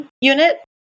unit